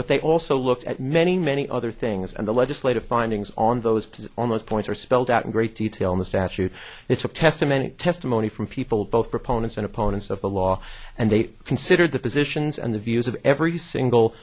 but they also looked at many many other things and the legislative findings on those almost points are spelled out in great detail in the statute it's a testimony testimony from people both proponents and opponents of the law and they consider the positions and the views of every single